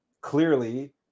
clearly